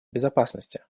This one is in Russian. безопасности